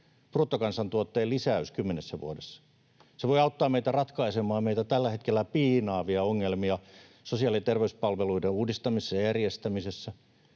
bruttokansantuotteen lisäys kymmenessä vuodessa. Se voi auttaa meitä ratkaisemaan meitä tällä hetkellä piinaavia ongelmia sosiaali- ja terveyspalveluiden uudistamisessa ja järjestämisessä.